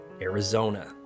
Arizona